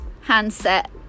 handset